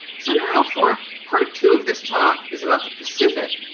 so now for part two of this talk is about the pacific,